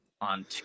on